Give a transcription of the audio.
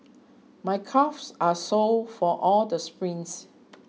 my calves are sore from all the sprints